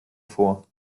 vor